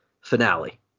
finale